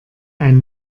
ein